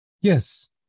Yes